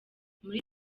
muri